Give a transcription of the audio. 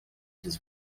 his